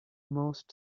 most